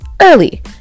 early